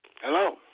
Hello